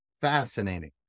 fascinating